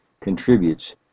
contributes